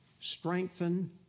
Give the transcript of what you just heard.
strengthen